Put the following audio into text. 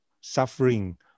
suffering